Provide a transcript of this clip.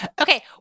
Okay